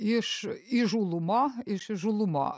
iš įžūlumo iš įžūlumo